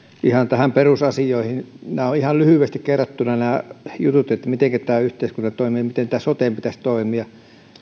ihan näihin perusasioihin ihan lyhyesti kerrattuna nämä jutut mitenkä tämä yhteiskunta toimii miten tämän soten pitäisi toimia